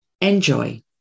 Enjoy